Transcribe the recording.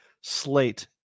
slate